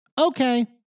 Okay